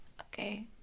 Okay